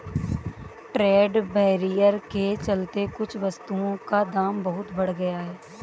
trade barrier के चलते कुछ वस्तुओं का दाम बहुत बढ़ गया है